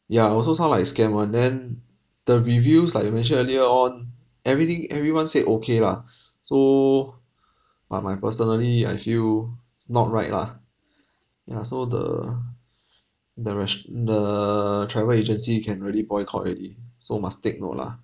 ya also sound like scam [one] then the reviews like you mentioned earlier on everything everyone said okay lah so but my personally I feel it's not right lah ya so the the res~ the travel agency you can really boycott already so must take note lah